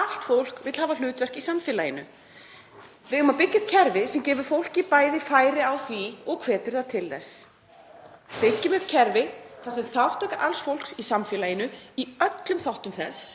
Allt fólk vill hafa hlutverk í samfélaginu. Við eigum að byggja upp kerfi sem gefur fólki færi á því og hvetur það til þess. Byggjum upp kerfi þar sem þátttaka alls fólks í samfélaginu, í öllum þáttum þess,